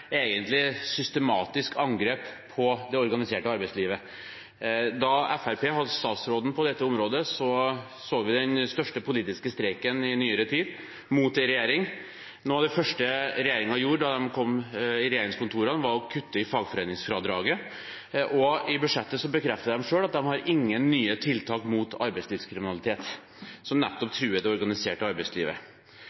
egentlig et systematisk angrep på det organiserte arbeidslivet. Da Fremskrittspartiet hadde statsråden på dette området, så vi den største politiske streiken mot en regjering i nyere tid. Noe av det første regjeringen gjorde da den kom i regjeringskontorene, var å kutte i fagforeningsfradraget. I budsjettet bekrefter den at man ikke har noen nye tiltak mot arbeidslivskriminalitet, som nettopp